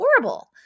horrible